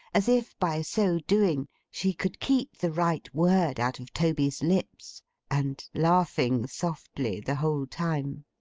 as if by so doing she could keep the right word out of toby's lips and laughing softly the whole time.